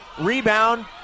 Rebound